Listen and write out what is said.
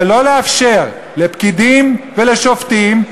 ולא תאפשר לפקידים ולשופטים,